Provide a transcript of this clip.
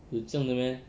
有这样的 meh